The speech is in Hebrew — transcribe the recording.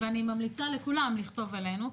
ואני ממליצה לכולם לכתוב אלינו,